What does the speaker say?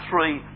three